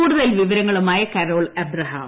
കൂടുതൽ വിവരങ്ങളുമായി Carol Abraham